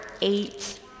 eight